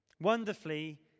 Wonderfully